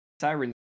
Siren